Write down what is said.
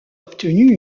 obtenu